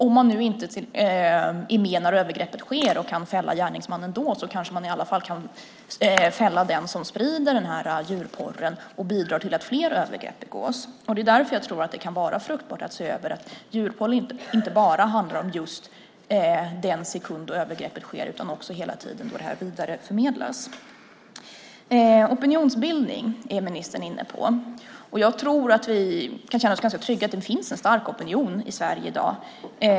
Även om man inte är med när övergreppet sker och då kan fälla gärningsmannen kan man kanske i alla fall fälla den som sprider djurporren och bidrar till att fler övergrepp begås. Därför tror jag att det kan vara fruktbart att se över detta, att djurporr handlar inte bara om just den sekund då övergreppet sker utan också om hela den tid under vilken det vidareförmedlas. Opinionsbildning är ministern inne på. Jag tror att vi kan känna oss ganska trygga med att det i dag finns en stark opinion i Sverige.